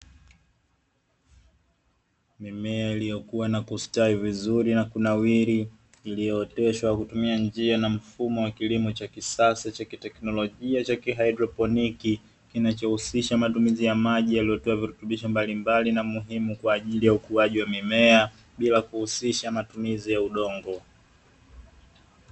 Mimea iliyokuwa na kustawi vizuri na kunawiri iliyooteshwa kutumia njia na mfumo wa kilimo cha kisasa cha teknolojia. Kinachohusisha matumizi ya maji yaliyotiwa virutubisho mbalimbali na muhimu kwa ajili ya ukuaji wa mimea bila kuhusisha matumizi ya udongo.